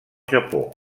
japó